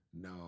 No